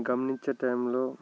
గమనించే టైంలో